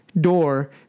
door